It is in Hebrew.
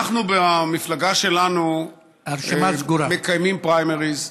אנחנו במפלגה שלנו מקיימים פריימריז,